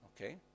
Okay